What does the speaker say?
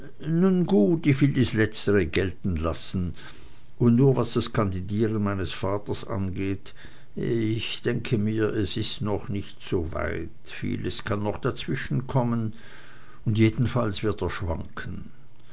gut ich will dies letztere gelten lassen und nur was das kandidieren meines vaters angeht ich denke mir es ist noch nicht soweit vieles kann noch dazwischenkommen und jedenfalls wird er schwanken